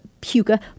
puka